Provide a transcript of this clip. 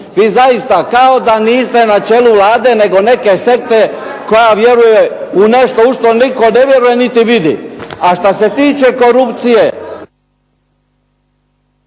Vi zaista kao da niste na čelu Vlade nego neke sekte koja vjeruje u nešto u što nitko ne vjeruje niti vidi. A što se tiče korupcije